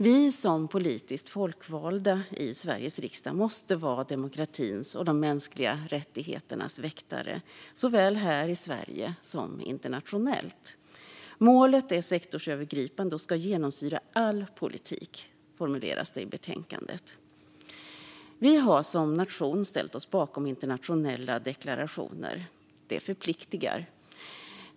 Vi som politiskt folkvalda i Sveriges riksdag måste vara demokratins och de mänskliga rättigheternas väktare, såväl här i Sverige som internationellt. "Målet är sektorsövergripande och ska genomsyra all politik", som det formuleras i betänkandet. Vi har som nation ställt oss bakom internationella deklarationer. Det förpliktar.